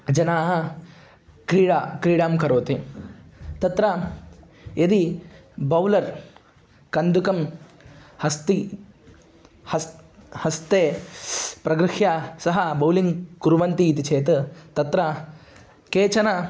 जनाः क्रीडां क्रीडां करोति तत्र यदि बौलर् कन्दुकं हस्ते हस् हस्ते प्रगृह्य सः बौलिग्ङ् कुर्वन्ति इति चेत् तत्र केचन